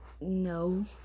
No